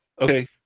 Okay